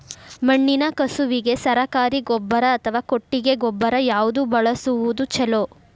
ಮಣ್ಣಿನ ಕಸುವಿಗೆ ಸರಕಾರಿ ಗೊಬ್ಬರ ಅಥವಾ ಕೊಟ್ಟಿಗೆ ಗೊಬ್ಬರ ಯಾವ್ದು ಬಳಸುವುದು ಛಲೋ?